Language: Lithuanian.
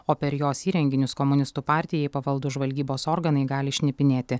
o per jos įrenginius komunistų partijai pavaldūs žvalgybos organai gali šnipinėti